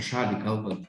šalį kalbant